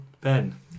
Ben